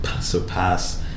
surpass